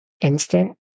instant